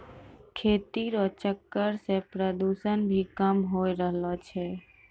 खेती रो चक्कर से प्रदूषण भी कम होय रहलो छै